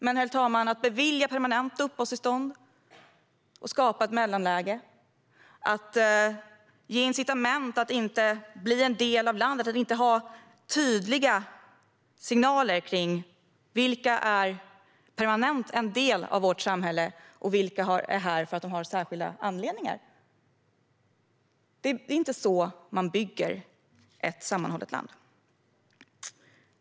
Men att bevilja permanenta uppehållstillstånd och skapa ett mellanläge, att ge incitament att man inte ska bli en del av landet och att inte ha tydliga signaler kring vilka som permanent är en del av vårt samhälle och vilka som är här för att de har särskilda anledningar, är inte rätt sätt. Det är inte så man bygger ett sammanhållet land.